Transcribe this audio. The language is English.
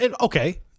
okay